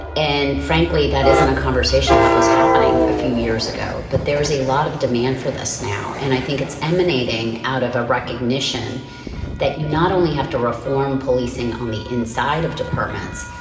and frankly, that isn't a conversation that was happening a few years ago. but there is a lot of demand for this now. and i think it's emanating out of a recognition that you not only have to reform policing on the inside of departments,